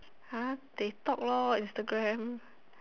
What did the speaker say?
!huh! they talk lor Instagram